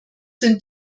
sind